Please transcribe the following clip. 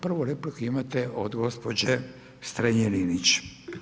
Prvu repliku imate od gospođe Strenje Linić.